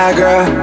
girl